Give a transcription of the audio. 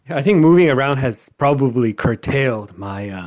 i think moving around has probably curtailed my ah